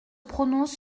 prononce